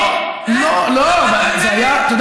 אה, לא, לא, לא, אה, אני רואה שלמדת ממני.